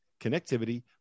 connectivity